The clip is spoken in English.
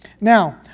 Now